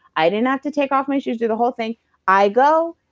i didn't have to take off my shoes, do the whole thing i go,